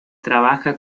trabaja